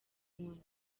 inkoni